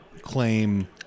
claim